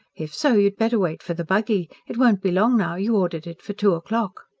if so, you had better wait for the buggy. it won't be long now you ordered it for two o'clock.